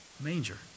Manger